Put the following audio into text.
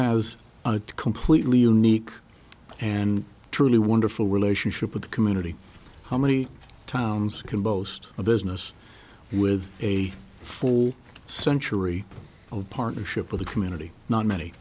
has a completely unique and truly wonderful relationship with the community how many towns can boast a business with a full century of partnership with a community not many